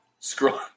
Scroll